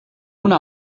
una